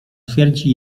twierdzi